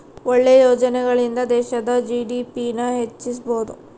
ಒಳ್ಳೆ ಯೋಜನೆಗಳಿಂದ ದೇಶದ ಜಿ.ಡಿ.ಪಿ ನ ಹೆಚ್ಚಿಸ್ಬೋದು